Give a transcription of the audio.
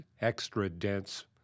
extra-dense